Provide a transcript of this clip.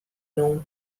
know